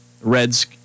Reds